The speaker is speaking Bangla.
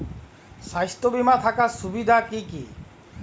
স্বাস্থ্য বিমা থাকার সুবিধা কী কী?